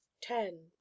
ten